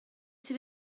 sydd